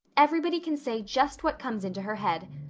everybody can say just what comes into her head.